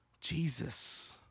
Jesus